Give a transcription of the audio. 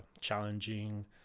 challenging